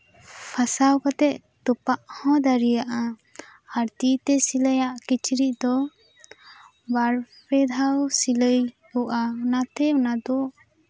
ᱯᱷᱟᱥᱟᱣ ᱠᱟᱛᱮᱫ ᱛᱚᱯᱟᱜ ᱦᱚᱸ ᱫᱟᱲᱮᱭᱟᱜᱼᱟ ᱟᱨ ᱛᱤ ᱛᱮ ᱥᱤᱞᱟᱹᱭᱟᱜ ᱠᱤᱪᱨᱤᱡ ᱫᱚ ᱵᱟᱨ ᱯᱮ ᱫᱷᱟᱣ ᱥᱤᱞᱟᱹᱭ ᱦᱩᱭᱩᱜᱼᱟ ᱚᱱᱟᱛᱮ ᱚᱱᱟ ᱫᱚ